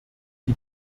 die